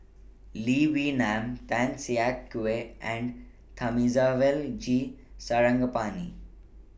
Lee Wee Nam Tan Siak Kew and Thamizhavel G Sarangapani